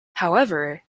however